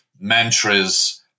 mantras